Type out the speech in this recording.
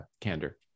candor